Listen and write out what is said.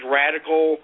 radical